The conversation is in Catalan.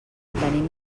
venim